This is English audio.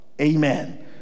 Amen